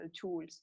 tools